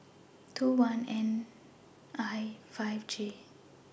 two one N I five J